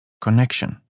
connection